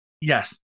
Yes